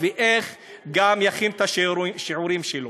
ואיך יכין את השיעורים שלו?